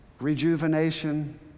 rejuvenation